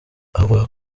avuga